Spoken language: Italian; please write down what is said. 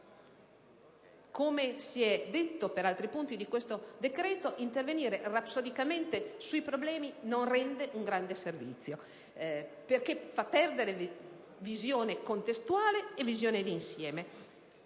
Come si è detto per altri punti di questo decreto, intervenire rapsodicamente sui problemi non rende un grande servizio, perché fa perdere la visione contestuale e di insieme.